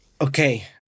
Okay